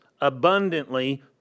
abundantly